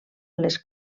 les